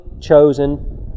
chosen